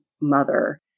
mother